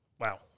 wow